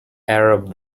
arab